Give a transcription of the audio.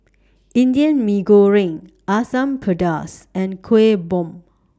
Indian Mee Goreng Asam Pedas and Kueh Bom